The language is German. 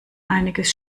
einiges